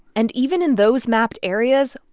and even in those mapped areas,